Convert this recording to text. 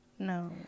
No